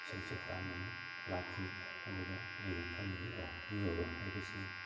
ꯁꯤꯜꯆꯔ ꯇꯥꯟꯅ ꯑꯃꯨꯛ ꯂꯥꯛꯈꯤ ꯑꯗꯨꯗ ꯑꯩꯅ ꯈꯟꯈꯤ ꯑꯣ ꯃꯤꯑꯣꯏꯕ ꯍꯥꯏꯕꯁꯤ